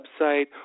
website